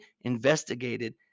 investigated